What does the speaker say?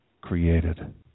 created